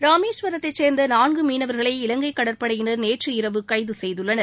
ராமேஸ்வரத்தைசேர்ந்தநான்குமீனவர்களை இலங்கைகடற்படையினர் நேற்று இரவு கைதுசெய்துள்ளனர்